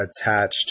attached